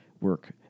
work